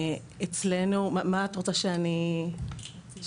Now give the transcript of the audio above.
אצלנו, מה את רוצה שאני אציג?